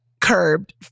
Curbed